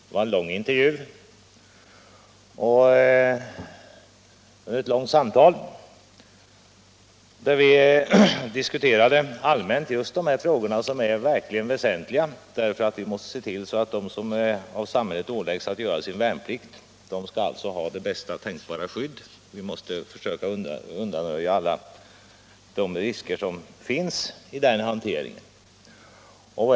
Det var en lång intervju, och vid det samtalet diskuterade vi allmänt de här frågorna, som verkligen är väsentliga, eftersom vi måste se till att de som av samhället åläggs att göra sin värnplikt också skall få bästa tänkbara skydd av samhället —- vi måste försöka undanröja alla de risker som finns i den hanteringen.